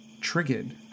triggered